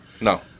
No